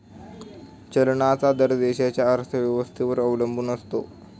चलनाचा दर देशाच्या अर्थव्यवस्थेवर अवलंबून असतो